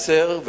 מעצר ראש רשות,